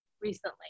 recently